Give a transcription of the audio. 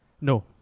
No